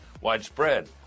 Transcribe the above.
widespread